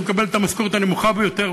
המקבל את המשכורת הנמוכה ביותר,